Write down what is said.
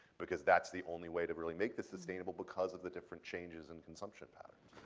because that's the only way to really make this sustainable because of the different changes in consumption patterns.